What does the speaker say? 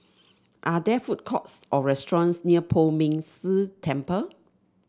are there food courts or restaurants near Poh Ming Tse Temple